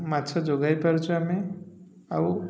ମାଛ ଯୋଗାଇ ପାରୁଛୁ ଆମେ ଆଉ